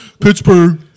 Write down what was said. Pittsburgh